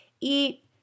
eat